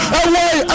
away